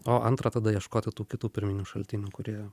o antra tada ieškoti tų kitų pirminių šaltinių kurie